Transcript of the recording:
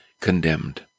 condemned